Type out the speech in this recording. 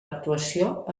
actuació